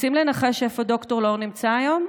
רוצים לנחש איפה ד"ר לאור נמצא היום?